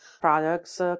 products